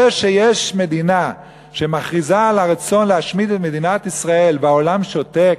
זה שיש מדינה שמכריזה על הרצון להשמיד את מדינת ישראל והעולם שותק,